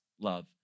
love